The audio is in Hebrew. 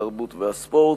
התרבות והספורט.